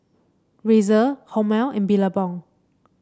Razer Hormel and Billabong